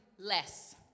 less